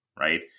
Right